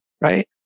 Right